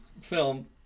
film